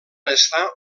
estar